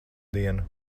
dienu